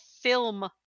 film